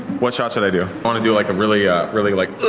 what shot should i do? i want to do like a really ah really like.